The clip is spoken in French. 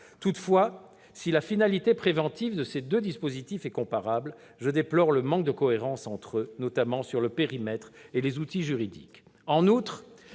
Toutefois, si la finalité préventive de ces deux dispositifs est comparable, je déplore le manque de cohérence entre eux, notamment sur le périmètre et les outils juridiques. En outre,